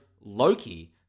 Loki